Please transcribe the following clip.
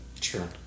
Sure